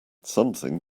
something